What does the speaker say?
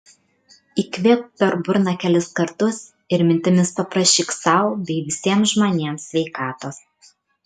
įkvėpk per burną kelis kartus ir mintimis paprašyk sau bei visiems žmonėms sveikatos